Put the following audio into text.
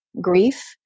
grief